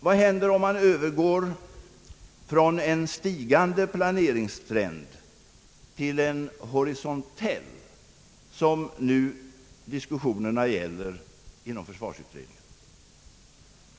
Vad händer om man övergår från en stigande planeringstrend till en horisontell, vilket diskussionerna nu inom försvarsutredningen gäller?